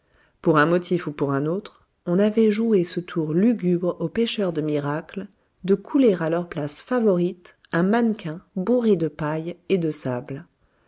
pour un motif ou pour un autre on avait joué ce tour lugubre aux pêcheurs de miracles de couler à leur place favorite un mannequin bourré de paille et de sable